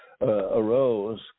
arose